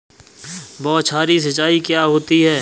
बौछारी सिंचाई क्या होती है?